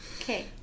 Okay